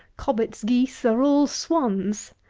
cobbett's geese are all swans.